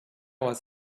was